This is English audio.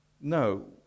No